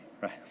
Right